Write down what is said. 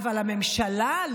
אבל הממשלה?